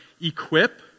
equip